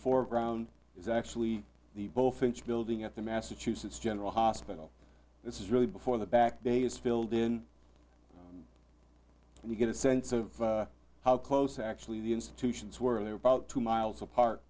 foreground is actually the bullfinch building at the massachusetts general hospital this is really before the back bay is filled in and you get a sense of how close actually the institutions were about two miles apart